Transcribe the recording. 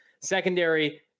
Secondary